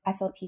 SLP